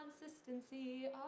consistency